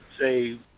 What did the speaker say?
say